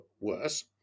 worse